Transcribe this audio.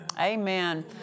Amen